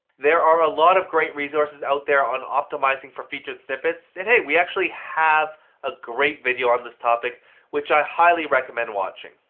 there are a lot of great resources out there on optimizing for featured snippets. and hey, we actually have a great video on this topic which i highly recommend watching.